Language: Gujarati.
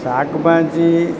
શાકભાજી